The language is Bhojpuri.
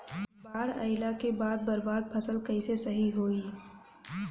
बाढ़ आइला के बाद बर्बाद फसल कैसे सही होयी?